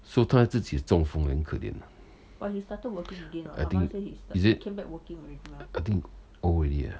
so 他自己中风哇很可怜啊 I think is it I think old already ah